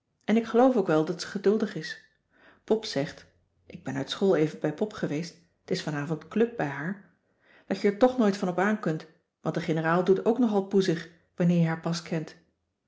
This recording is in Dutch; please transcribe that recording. en ik geloof ook wel dat ze geduldig is pop zegt ik ben uit school even bij pop geweest t is vanavond club bij haar dat je er toch nooit van op aan kunt want de generaal doet ook nogal poezig wanneer je haar pas kent